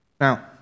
Now